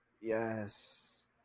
yes